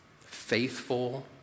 faithful